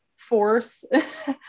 force